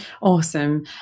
Awesome